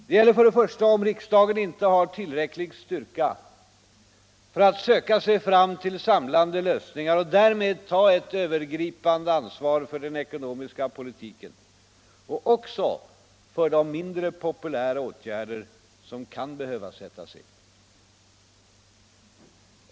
Det gäller, för det första, om riksdagen inte har tillräcklig styrka för att söka sig fram till samlande lösningar och därmed ta ett övergripande ansvar för den ekonomiska politiken och också för mindre populära åtgärder som kan behöva sättas in.